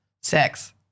sex